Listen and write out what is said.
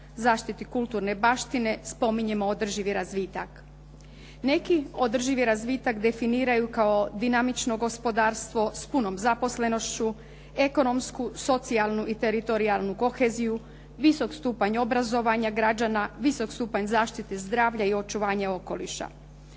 zaštiti kulturne baštine, spominjemo održivi razvitak. Neki održivi razvitak definiraju kao dinamično gospodarstvo s punom zaposlenošću, ekonomsku, socijalnu i teritorijalnu koheziju, visok stupanj obrazovanja građana, visok stupanj zaštite zdravlja i očuvanje okoliša.